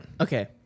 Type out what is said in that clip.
Okay